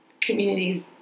communities